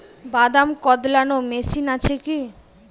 বাদাম কদলানো মেশিন আছেকি?